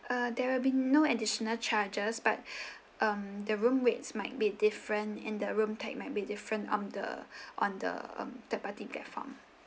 uh there will be no additional charges but um the room rates might be different and the room type might be different on the on the um third party platform